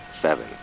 seven